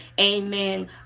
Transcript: Amen